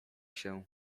się